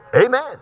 Amen